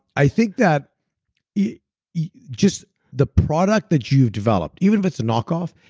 i think that yeah just the product that you've developed, even if it's a knock-off,